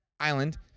island